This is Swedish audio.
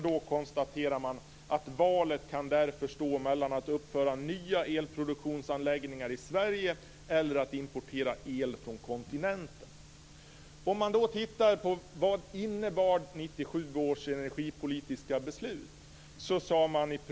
Då konstaterar man att valet kan därför stå mellan att uppföra nya elproduktionsanläggningar i Sverige eller att importera el från kontinenten. Låt oss då titta på vad 1997 års energipolitiska beslut innebar.